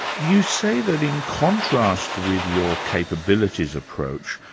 you say that in contrast with your capabilities approach,